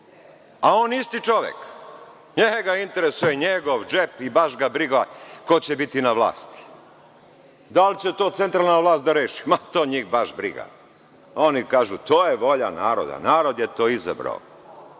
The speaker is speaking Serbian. a on isti čovek. Njega interesuje njegov džep i baš ga briga ko će biti na vlasti. Da li će to centralna vlast da reši? Ma, to njih baš briga. Oni kažu – to je volja naroda, narod je to izabrao.